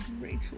Rachel